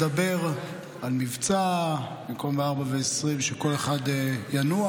במקום לדבר על מבצע, ב-04:20, במקום שכל אחד ינוח,